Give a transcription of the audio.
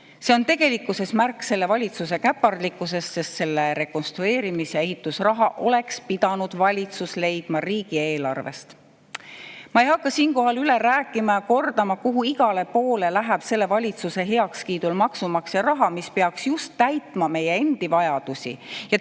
see tegelikkuses märk selle valitsuse käpardlikkusest, sest selle rekonstrueerimise-ehituse raha oleks pidanud valitsus leidma riigieelarvest. Ma ei hakka siinkohal üle kordama, kuhu igale poole läheb selle valitsuse heakskiidul maksumaksja raha, mis peaks just täitma meie endi vajadusi